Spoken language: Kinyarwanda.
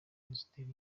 zitera